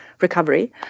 recovery